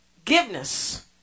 Forgiveness